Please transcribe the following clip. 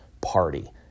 party